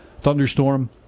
thunderstorm